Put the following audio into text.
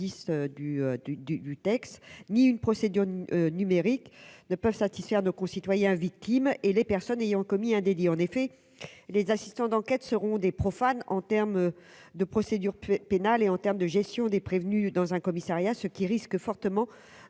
pas plus qu'une procédure numérique, ne saurait satisfaire nos concitoyens victimes ni les personnes ayant commis un délit. En effet, les assistants d'enquête seront des profanes en matière de procédure pénale et de gestion des prévenus dans un commissariat, ce qui risque fortement